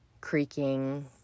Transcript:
creaking